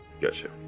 Gotcha